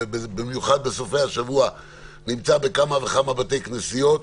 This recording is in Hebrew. במיוחד בסופי השבוע נמצא בכמה וכמה בתי כנסיות,